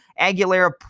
Aguilera